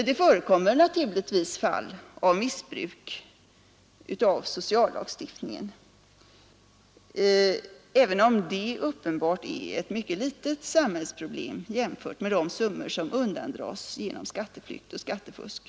Det förekommer naturligtvis fall av missbruk av sociallagstiftningen — även om det uppenbarligen är ett mycket litet samhällsproblem jämfört med de summor som undandras genom skatteflykt och skattefusk.